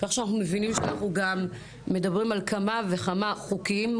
שאנחנו גם מדברים על כמה וכמה חוקים,